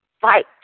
Fight